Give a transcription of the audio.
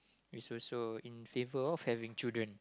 is also in favor of having children